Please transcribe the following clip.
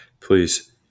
Please